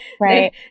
right